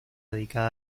dedicada